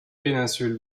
péninsule